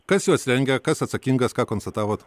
kas juos rengia kas atsakingas ką konstatavot